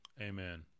amen